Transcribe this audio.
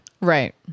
Right